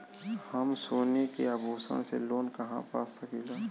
हम सोने के आभूषण से लोन कहा पा सकीला?